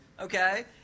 okay